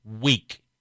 week